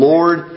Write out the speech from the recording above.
Lord